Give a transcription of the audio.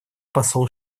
посол